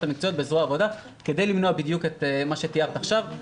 מקצועיות בזרוע העבודה כדי למנוע את מה שתיארת עכשיו.